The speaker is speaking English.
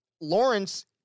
lawrence